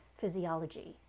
physiology